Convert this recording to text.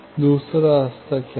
दूसरा रास्ता क्या था